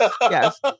Yes